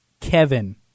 Kevin